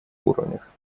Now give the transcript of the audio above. уровнях